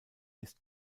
ist